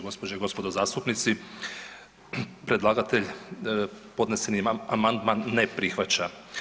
Gospođe i gospodo zastupnici, predlagatelj podneseni amandman ne prihvaća.